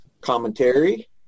commentary